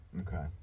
Okay